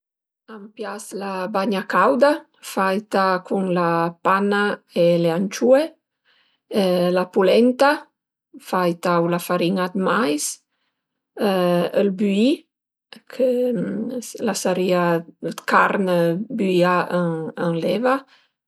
A m'pias la bagna cauda faita cun la panna e le anciu, la pulenta faita u la farin-a 'd mais, ël büì ch'a sarìa carn büìa ën l'eva